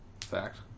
Fact